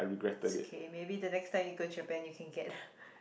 is okay maybe the next time you go Japan you can get